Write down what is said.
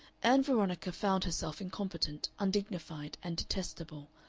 ann veronica found herself incompetent, undignified, and detestable,